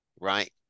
Right